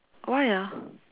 why ah